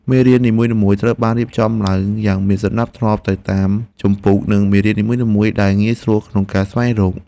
មេរៀននីមួយៗត្រូវបានរៀបចំឡើងយ៉ាងមានសណ្តាប់ធ្នាប់ទៅតាមជំពូក និងមេរៀននីមួយៗដែលងាយស្រួលក្នុងការស្វែងរក។